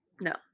No